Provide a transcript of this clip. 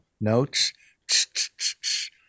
notes